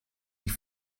ich